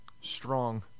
Strong